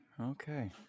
okay